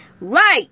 Right